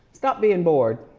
stop being bored.